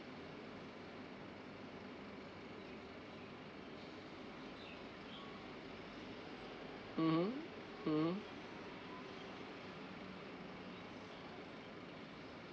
mmhmm mmhmm